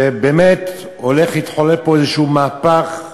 שבאמת הולך להתחולל פה איזה מהפך,